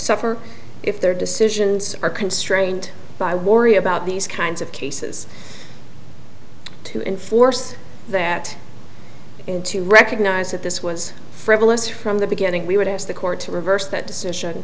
suffer if their decisions are constrained by worry about these kinds of cases to enforce that in to recognize that this was frivolous from the beginning we would ask the court to reverse that decision